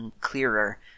clearer